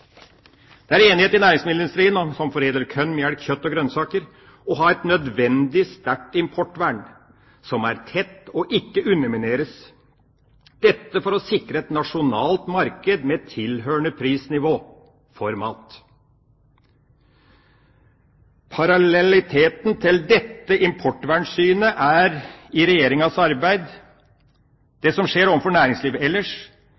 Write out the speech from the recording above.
Det er i næringsmiddelindustrien, som foredler korn, melk, kjøtt og grønnsaker, enighet om at det er nødvendig å ha et sterkt importvern som er tett og ikke undermineres, for å sikre et nasjonalt marked med tilhørende prisnivå for mat. Parallelliteten til dette importvernsynet er i Regjeringas arbeid det som skjer overfor næringslivet ellers,